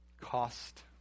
cost